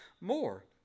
more